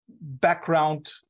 background